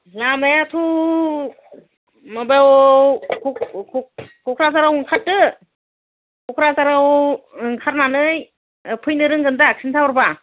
लामायाथ' माबायाव कक्राझाराव ओंखारदो कक्राझाराव ओंखारनानै फैनो रोंगोनदा खिन्था हरबा